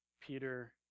Peter